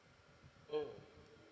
mm